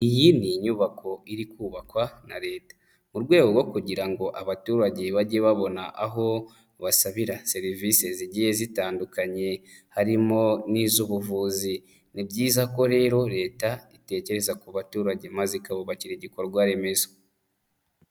Iyi ni inyubako iri kubakwa na leta mu rwego rwo kugira ngo abaturage bajye babona aho basabira serivisi zigiye zitandukanye, harimo n'iz'ubuvuzi. Ni byiza ko rero leta itekereza ku baturage maze ikabubakira igikorwa remezo.